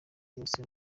yose